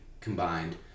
combined